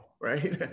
right